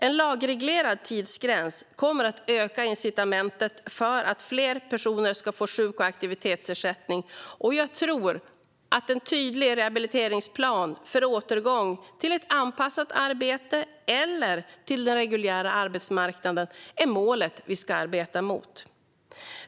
En lagreglerad tidsgräns kommer att öka incitamentet för att fler personer ska få sjuk och aktivitetsersättning, och jag tror att en tydligare rehabiliteringsplan för återgång till ett anpassat arbete eller till den reguljära arbetsmarknaden är målet vi ska arbeta mot.